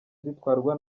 zitwarwa